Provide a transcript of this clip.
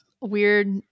weird